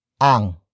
ang